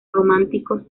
románticos